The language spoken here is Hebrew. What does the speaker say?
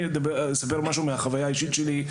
אני אספר משהו מהחוויה האישית שלי.